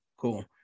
cool